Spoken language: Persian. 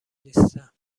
نیستم